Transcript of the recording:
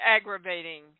aggravating